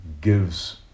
gives